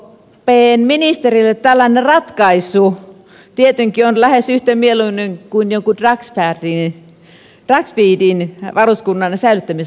rkpn ministereille tällainen ratkaisu tietenkin on lähes yhtä mieluinen kuin joku dragsvikin varuskunnan säilyttämisasia